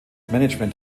management